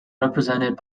represented